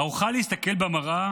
האוכל להסתכל במראה